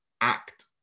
act